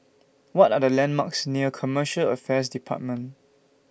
What Are The landmarks near Commercial Affairs department